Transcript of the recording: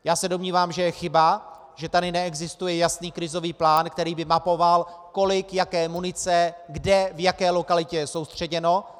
Já se domnívám, že je chyba, že tady neexistuje jasný krizový plán, který by mapoval, kolik jaké munice kde v jaké lokalitě je soustředěno.